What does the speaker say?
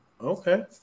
okay